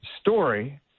story